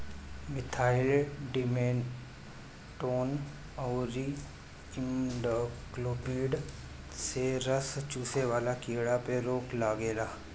methyl demeton अउरी imidacloprid से रस चुसे वाला कीड़ा पे रोक लागेला